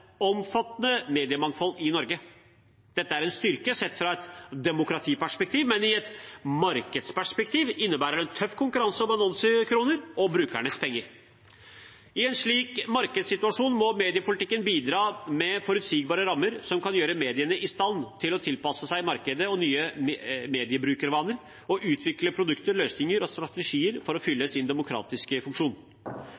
omfattende mediemangfold i Norge. Dette er en styrke sett fra et demokratiperspektiv, men i et markedsperspektiv innebærer det en tøff konkurranse om annonsekroner og brukernes penger. I en slik markedssituasjon må mediepolitikken bidra med forutsigbare rammer som kan gjøre mediene i stand til å tilpasse seg markedet og nye mediebruksvaner, og utvikle produkter, løsninger og strategier for å fylle